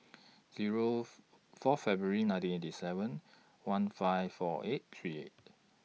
Zero four February nineteen eighty seven one five four eight three eight